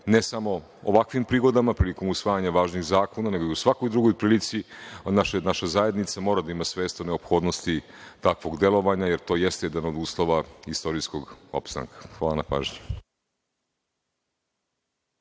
ne samo ovakvim prigodama prilikom usvajanja važnih zakona, nego i u svakoj drugoj prilici naša zajednica mora da ima svest o neophodnosti takvog delovanja, jer to jeste jedan od uslova istorijskog opstanka. Hvala na pažnji.